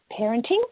parenting